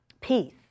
Peace